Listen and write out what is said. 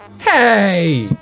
Hey